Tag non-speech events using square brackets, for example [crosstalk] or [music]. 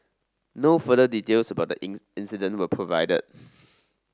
no further details about the in incident were provided [noise]